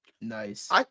Nice